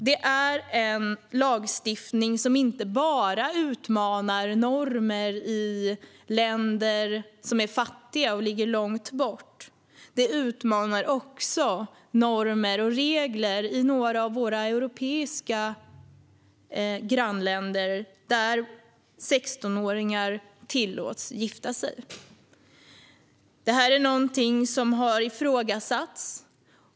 Det är en lagstiftning som inte bara utmanar normer i fattiga länder som ligger långt härifrån. Den utmanar också normer och regler i några av våra europeiska grannländer där 16-åringar tillåts gifta sig. Det här är något som har ifrågasatts.